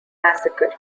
massacre